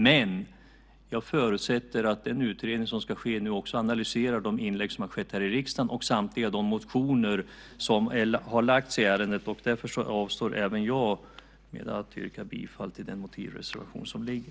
Men jag förutsätter att den utredning som ska ske nu också analyserar de inlägg som har gjorts här i riksdagen och samtliga de motioner som har väckts i ärendet. Därför avstår även jag från att yrka bifall till den motivreservation som föreligger.